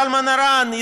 זלמן ארן,